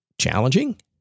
challenging